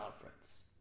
conference